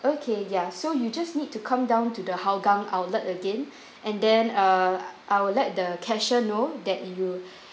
okay ya so you just need to come down to the Hougang outlet again and then uh I will let the cashier know